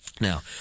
Now